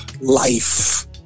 life